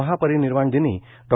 महापरिनिर्वाण दिनी डॉ